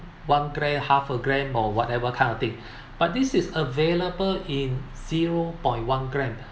one gram half a gram or whatever kind of thing but this is available in zero point one gram